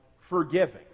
forgiving